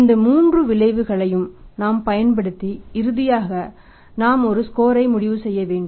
இந்த மூன்று விளைவுகளையும் நாம் பயன்படுத்தி இறுதியாக நாம் ஒரு ஸ்கோரை முடிவு செய்ய வேண்டும்